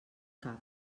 cap